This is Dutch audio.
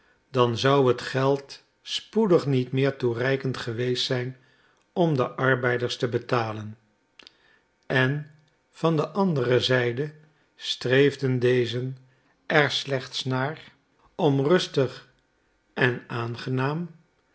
dan zou het geld spoedig niet meer toereikend geweest zijn om de arbeiders te betalen en van de andere zijde streefden dezen er slechts naar om rustig en aangenaam